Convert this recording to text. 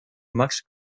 max